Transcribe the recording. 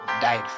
died